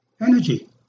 energy